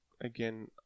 again